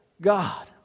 God